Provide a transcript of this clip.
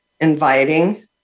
inviting